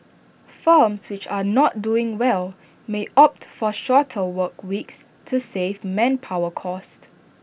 firms which are not doing well may opt for shorter work weeks to save manpower costs